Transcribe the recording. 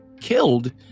killed